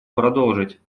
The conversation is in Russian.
продолжить